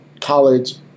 college